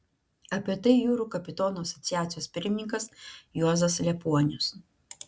apie tai jūrų kapitonų asociacijos pirmininkas juozas liepuonius